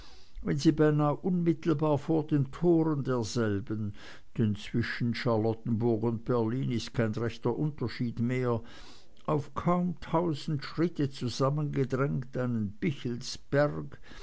wenn sie beinah unmittelbar vor den toren derselben denn zwischen charlottenburg und berlin ist kein rechter unterschied mehr auf kaum tausend schritte zusammengedrängt einem pichelsberg